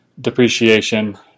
depreciation